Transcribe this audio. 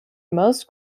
most